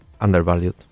undervalued